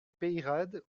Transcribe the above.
peyrade